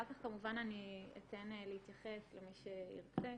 אחר כך, כמובן, אני אתן להתייחס למי שירצה.